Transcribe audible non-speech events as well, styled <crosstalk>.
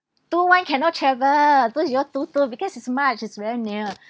two one cannot travel two zero two two because it's march it's very near <breath>